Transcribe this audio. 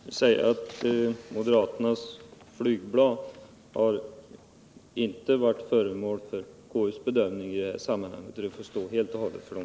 Fru talman! Moderaternas flygblad har inte varit föremål för konstitutionsutskottets behandling. Det får stå helt och hållet för dem.